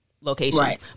location